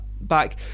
back